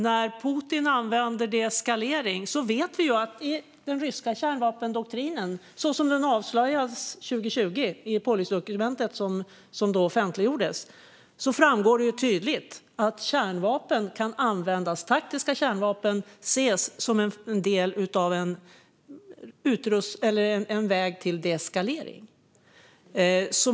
När Putin använder ord som deeskalering vet vi samtidigt att det i den ryska kärnvapendoktrinen så som den avslöjades 2020 i det policydokument som då offentliggjordes tydligt framgår att taktiska kärnvapen ses som en del av en väg till just deeskalering.